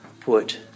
put